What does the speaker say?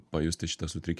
pajusti šitą sutrik